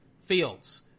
Fields